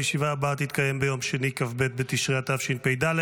הישיבה הבאה תתקיים ביום שני כ"ב בתשרי התשפ"ד,